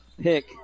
pick